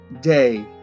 day